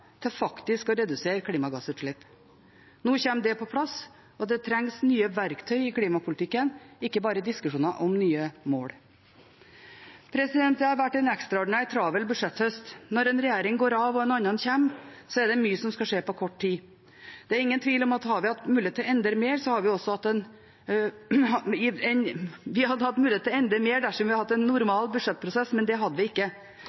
faktisk å redusere klimagassutslipp. Nå kommer dette på plass. Det trengs nye verktøy i klimapolitikken, ikke bare diskusjoner om nye mål. Det har vært en ekstraordinært travel budsjetthøst. Når en regjering går av og en annen kommer, er det mye som skal skje på kort tid. Det er ingen tvil om at vi hadde hatt mulighet til å endre mer dersom vi hadde hatt en normal budsjettprosess, men det hadde vi ikke. Men Senterpartiet er godt fornøyd med tilleggsproposisjonen og det faktum at vi fikk en budsjettavtale med SV. Det vert replikkordskifte. I Avisa Sør-Trøndelag kunne vi